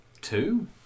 two